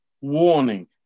warning